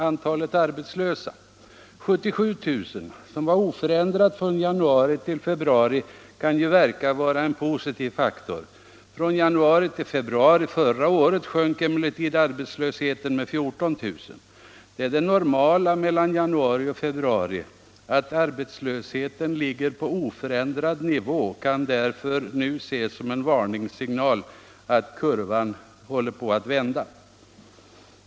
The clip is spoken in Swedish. Antalet arbetslösa, 77 000, som var oförändrat från januari till februari kan ju verka vara en positiv faktor. Från januari till februari förra året sjönk emellertid arbetslösheten med 14 000. Det är det normala mellan januari och februari. Att arbetslösheten ligger på oförändrad nivå kan därför ses som en varningssignal att kurvan nu vänder.